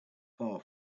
far